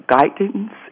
guidance